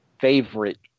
favorite